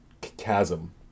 chasm